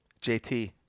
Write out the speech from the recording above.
JT